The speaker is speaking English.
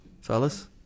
Fellas